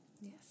Yes